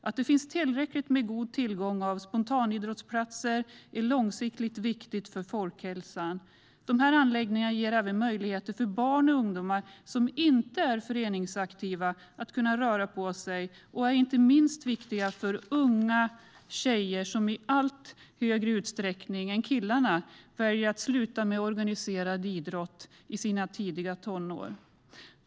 Att det finns god tillgång till spontanidrottsplatser är långsiktigt viktigt för folkhälsan. Dessa anläggningar ger även möjligheter att röra på sig för barn och ungdomar som inte är föreningsaktiva. Inte minst är de viktiga för unga tjejer, som i allt högre utsträckning än killarna väljer att sluta med organiserat idrottande i sina tidiga tonår.